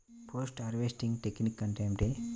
Post harvesting technique అంటే ఏమిటీ?